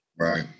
right